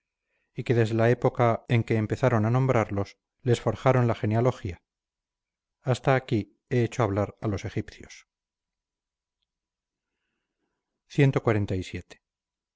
y que desde la época en que empezaron a nombrarlos les forjaron la genealogía hasta aquí he hecho hablar a los egipcios cxlvii